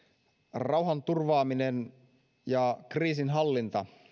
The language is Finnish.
rauhanturvaaminen ja kriisinhallinta